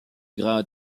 grands